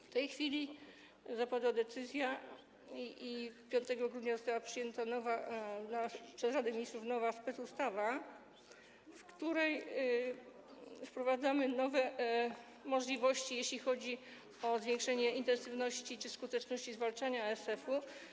W tej chwili zapadła decyzja, 5 grudnia została przyjęta przez Radę Ministrów nowa specustawa, w której wprowadzamy nowe możliwości, jeśli chodzi o zwiększenie intensywności czy skuteczności zwalczania ASF-u.